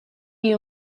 you